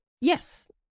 Yes